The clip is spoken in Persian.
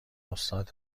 استاد